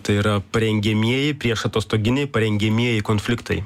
tai yra parengiamieji priešatostoginiai parengiamieji konfliktai